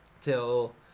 till